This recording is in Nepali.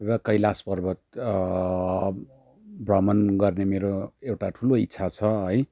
र कैलाश पर्वत भ्रमण गर्ने मेरो एउटा ठुलो इच्छा छ है